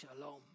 Shalom